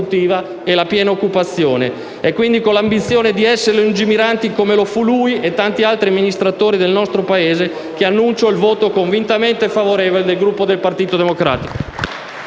È con l'ambizione di essere lungimiranti come lo fu lui e tanti altri amministratori del nostro Paese che annuncio il voto convintamente favorevole del Gruppo del Partito Democratico.